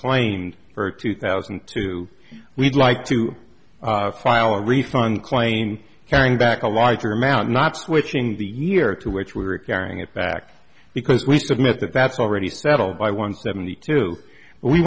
claimed for two thousand and two we'd like to file a refund claim carrying back a larger amount not switching the year to which we were carrying it back because we submit that that's already settled by one seventy two